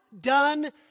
done